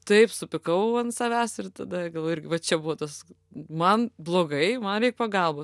taip supykau ant savęs ir tada galvoju irgi va čia buo tas man blogai man reik pagalbos